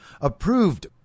approved